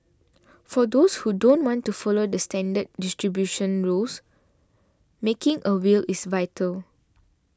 for those who don't want to follow the standard distribution rules making a will is vital